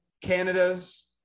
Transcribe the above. Canada's